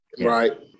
Right